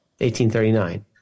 1839